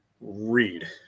Read